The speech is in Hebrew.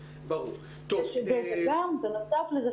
בנוסף לזה,